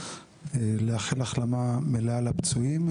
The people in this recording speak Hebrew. לאחל החלמה מלאה לפצועים,